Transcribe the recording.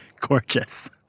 Gorgeous